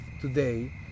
today